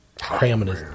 cramming